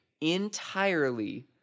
entirely